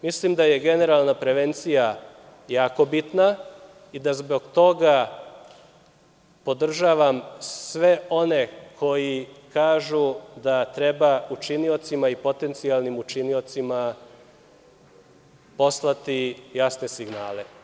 Mislim da je generalna prevencija jako bitna i da zbog toga podržavam sve one koji kažu da treba učiniocima i potencijalnim učiniocima poslati jasne signale.